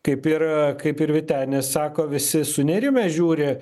kaip ir kaip ir vytenis sako visi sunerimę žiūri